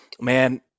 man